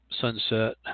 sunset